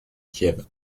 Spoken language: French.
kiev